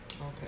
Okay